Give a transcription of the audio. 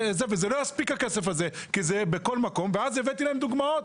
והכסף הזה לא יספיק ואז הבאתי להם דוגמאות.